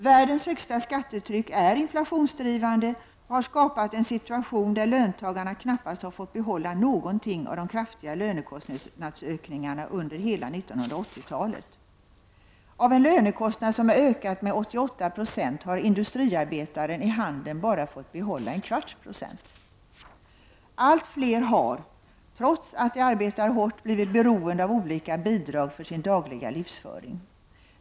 Världens högsta skattetryck är inflationsdrivande och har skapat en situation där löntagarna knappast har fått behålla någonting av de kraftiga lönekostnadsökningarna under hela 1980-talet. Av en lönekostnad som har ökat med 88 76 har industriarbetaren i handen bara fått behålla 1/4 96. Allt fler har, trots att de arbetar hårt, blivit beroende av olika bidrag för sin dagliga livsföring.